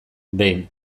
behin